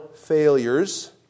failures